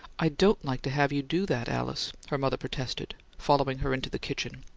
i don't like to have you do that, alice, her mother protested, following her into the kitchen.